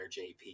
JP